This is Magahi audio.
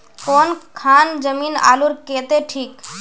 कौन खान जमीन आलूर केते ठिक?